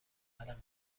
قلمه